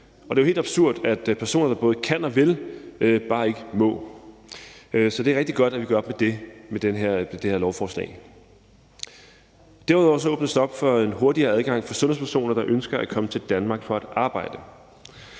Det er jo helt absurd, at personer, der både kan og vil, bare ikke må. Så det er rigtig godt, at vi gør op med det med det her lovforslag. Derudover åbnes der op for en hurtigere adgang for sundhedspersoner, der ønsker at komme til Danmark for at arbejde.